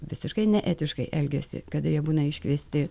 visiškai neetiškai elgiasi kada jie būna iškviesti